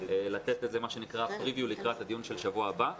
ולתת איזה הצגה מקדימה לקראת הדיון בשבוע הבא.